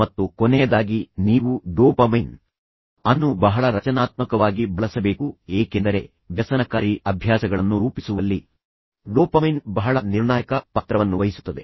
ಮತ್ತು ಕೊನೆಯದಾಗಿ ನೀವು ಡೋಪಮೈನ್ ಅನ್ನು ಬಹಳ ರಚನಾತ್ಮಕವಾಗಿ ಬಳಸಬೇಕು ಏಕೆಂದರೆ ವ್ಯಸನಕಾರಿ ಅಭ್ಯಾಸಗಳನ್ನು ರೂಪಿಸುವಲ್ಲಿ ಡೋಪಮೈನ್ ಬಹಳ ನಿರ್ಣಾಯಕ ಪಾತ್ರವನ್ನು ವಹಿಸುತ್ತದೆ